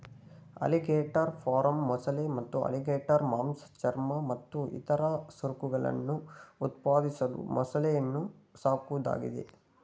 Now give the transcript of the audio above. alligator farm ಮೊಸಳೆ ಮತ್ತು alligator ಮಾಂಸ ಚರ್ಮ ಮತ್ತು ಇತರ ಸರಕುಗಳನ್ನು ಉತ್ಪಾದಿಸಲು ಮೊಸಳೆಯನ್ನು ಸಾಕೋದಾಗಿದೆ